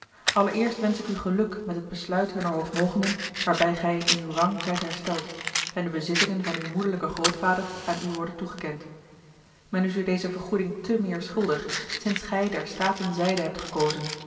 allereerst wensch ik u geluk met het besluit hunner hoogmogenden waarbij gij in uw rang zijt hersteld en de bezittingen van uw moederlijken grootvader aan u worden toegekend men is u deze vergoeding te meer schuldig sinds gij der staten zijde hebt gekozen